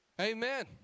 Amen